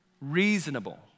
Reasonable